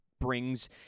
brings